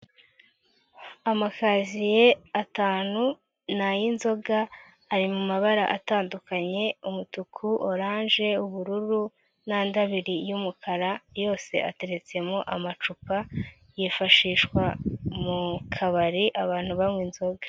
Amakaziye atanu n' ay'inzoga ari mu mabara atandukanye umutuku, oranje, ubururu, nandi abiri y'umukara yose ateretsemo amacupa yifashishwa mu kabari abantu banywa inzoga.